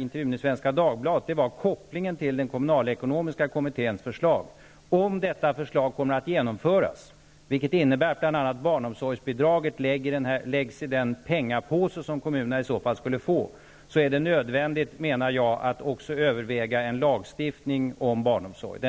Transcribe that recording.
intervjun i Svenska Dagbladet diskuterade jag kopplingen till den kommunalekonomiska kommitténs förslag. Om detta förslag kommer att genomföras, vilket innebär att bl.a. barnomsorgsbidraget läggs i den penningpåse som kommunerna får, är det nödvändigt att också överväga en lagstiftning om barnomsorg.